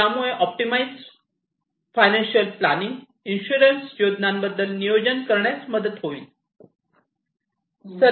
आणि यामुळे optimise financial planning insurance योजनांबद्दल नियोजन करण्यास मदत होईल